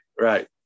right